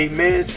Amen